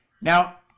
Now